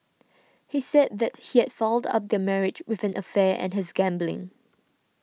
he said that he had fouled up their marriage with an affair and his gambling